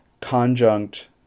conjunct